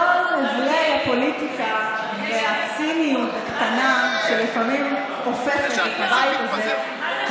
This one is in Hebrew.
הבלי הפוליטיקה והציניות הקטנה שלפעמים אופפת את הבית הזה